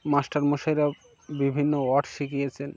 মাস্টারমশাইরাও বিভিন্ন ওয়ার্ড শিখিয়েছেন